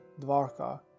Dvarka